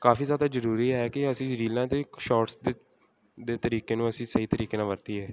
ਕਾਫੀ ਜ਼ਿਆਦਾ ਜ਼ਰੂਰੀ ਹੈ ਕਿ ਅਸੀਂ ਰੀਲਾਂ ਦੇ ਸ਼ੋਟਸ ਦੇ ਦੇ ਤਰੀਕੇ ਨੂੰ ਅਸੀਂ ਸਹੀ ਤਰੀਕੇ ਨਾਲ ਵਰਤੀਏ